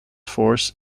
force